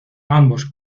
ambos